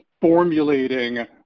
formulating